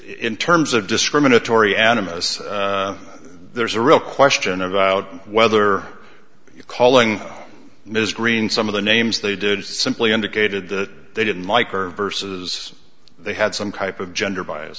in terms of discriminatory animus there's a real question about whether you're calling ms greene some of the names they did simply indicated that they didn't like her versus they had some cuyp of gender bias